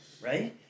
Right